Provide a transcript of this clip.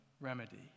remedy